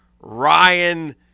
Ryan